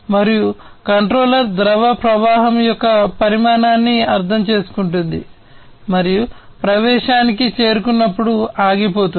మరియు కంట్రోలర్ ద్రవ ప్రవాహం యొక్క పరిమాణాన్ని అర్థం చేసుకుంటుంది మరియు ప్రవేశానికి చేరుకున్నప్పుడు ఆగిపోతుంది